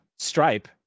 Stripe